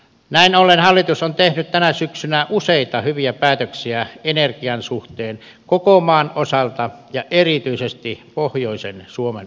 näin ollen hallitus on tehnyt tänä syksynä useita hyviä päätöksiä energian suhteen koko maan osalta ja erityisesti pohjoisen suomen osalta